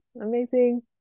amazing